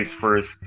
first